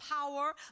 power